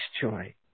joy